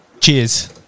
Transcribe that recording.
Cheers